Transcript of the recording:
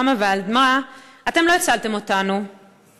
קמה ואמרה: אתם לא הצלתם אותנו,